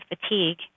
fatigue